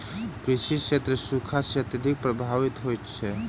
कृषि क्षेत्र सूखा सॅ अत्यधिक प्रभावित होइत अछि